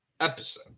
episode